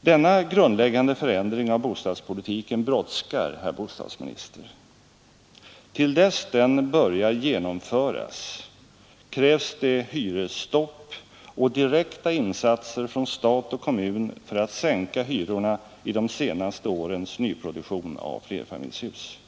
Denna grundläggande förändring av bostadspolitiken brådskar, herr bostadsminister. Till dess den börjar genomföras krävs det hyresstopp och direkta insatser från stat och kommun för att sänka hyrorna i de senaste årens nyproduktion av flerfamiljshus.